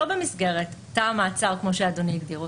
במסגרת תא המעצר כמו שאדוני הגדיר אותו?